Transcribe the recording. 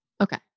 okay